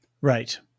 Right